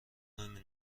نمی